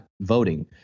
voting